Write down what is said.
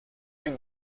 ducs